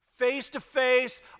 face-to-face